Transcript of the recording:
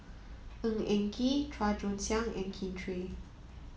Ng Eng Kee Chua Joon Siang and Kin Chui